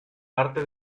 parte